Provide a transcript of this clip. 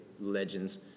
legends